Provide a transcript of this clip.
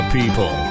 People